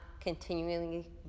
continually